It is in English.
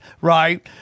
right